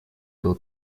был